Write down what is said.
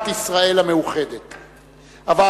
בעד, אין מתנגדים ואין נמנעים.